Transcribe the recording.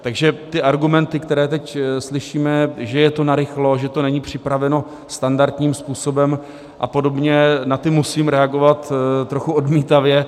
Takže ty argumenty, které teď slyšíme, že je to narychlo, že to není připraveno standardním způsobem apod., na ty musím reagovat trochu odmítavě.